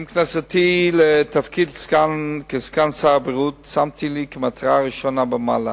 עם כניסתי לתפקיד סגן שר הבריאות שמתי לי כמטרה ראשונה במעלה